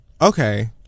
Okay